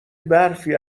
برفی